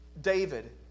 David